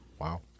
wow